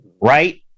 Right